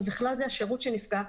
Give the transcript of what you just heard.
ובכלל זה השירות שנפגע,